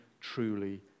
truly